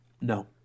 No